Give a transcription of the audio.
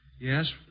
Yes